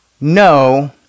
no